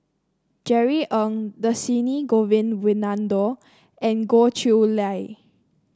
Jerry Ng Dhershini Govin Winodan and Goh Chiew Lye